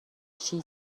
شیش